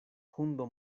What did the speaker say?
hundo